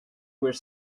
were